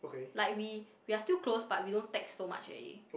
like we we're still close but we don't text so much already